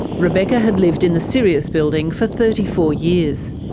rebecca had lived in the sirius building for thirty four years.